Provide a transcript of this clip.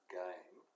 game